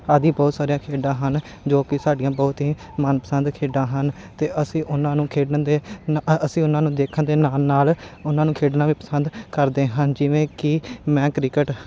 ਆਦਿ ਬਹੁਤ ਸਾਰੀਆਂ ਖੇਡਾਂ ਹਨ ਜੋ ਕੀ ਸਾਡੀਆਂ ਬਹੁਤ ਹੀ ਮਨਪਸੰਦ ਖੇਡਾਂ ਹਨ ਅਤੇ ਅਸੀਂ ਉਹਨਾਂ ਨੂੰ ਖੇਡਣ ਦੇ ਨ ਅਸੀਂ ਉਹਨਾਂ ਨੂੰ ਦੇਖਣ ਦੇ ਨਾਲ ਨਾਲ ਉਹਨਾਂ ਨੂੰ ਖੇਡਣਾ ਵੀ ਪਸੰਦ ਕਰਦੇ ਹਨ ਜਿਵੇਂ ਕੀਿ ਮੈਂ ਕ੍ਰਿਕਟ